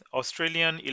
Australian